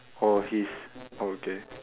or he's oh okay